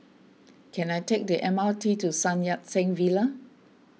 can I take the M R T to Sun Yat Sen Villa